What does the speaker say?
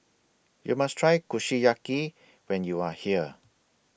YOU must Try Kushiyaki when YOU Are here